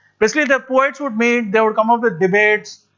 basically the poets would meet, they would come up with debates,